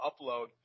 upload